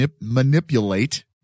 manipulate